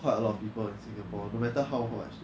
quite a lot of people in singapore no matter how much